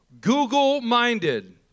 Google-minded